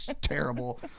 terrible